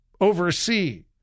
oversee